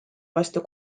vastu